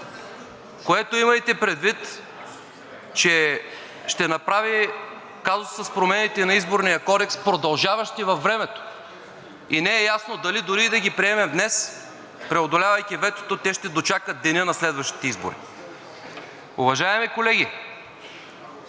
което, имайте предвид, че ще направи казусът с промените на Изборния кодекс, продължаващи във времето и не е ясно дали, дори и да ги приемем днес, преодолявайки ветото, те ще дочакат деня на следващите избори. Уважаеми колеги,